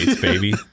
baby